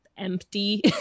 empty